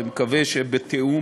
ומקווה שבתיאום,